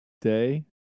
day